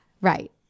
right